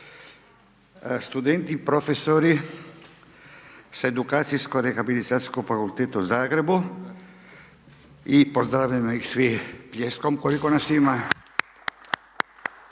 studenti i profesori s edukacijsko rehabilitacijskog fakulteta u Zagrebu i pozdravimo ih svih pljeskom koliko nas ima.